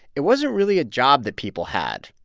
it wasn't really a job that people had.